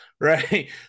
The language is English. right